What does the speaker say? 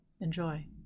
Enjoy